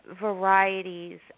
varieties